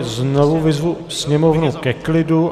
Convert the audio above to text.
Znovu vyzvu sněmovnu ke klidu!